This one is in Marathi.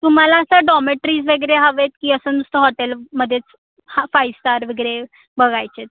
तुम्हाला असं डॉमेट्रीज वगैरे हवे आहेत की असं नुसतं हॉटेलमध्येच हां फाई स्टार वगैरे बघायचे आहेत